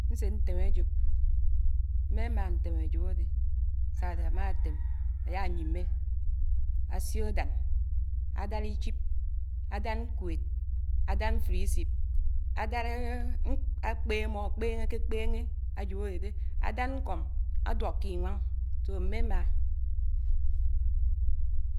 Nsé ntèm ájob. Mméma ntém àjòb àdé, sà àdè ámátèm àyá ànyimmé ásió ádán àdád ichip, ádád ñkwéd, ádad mfòd isip ádád ákpé ámmọ̀ ãkpéñéké kpéñé ájob ádédé, ádád ñkọ́m ádùọ́k ké iñwáñ, mmémá.